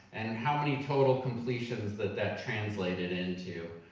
and how many total completions that that translated into.